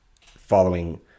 following